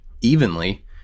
evenly